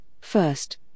first